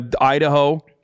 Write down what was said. Idaho